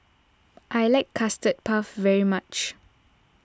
I like Custard Puff very much